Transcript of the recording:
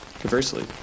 Conversely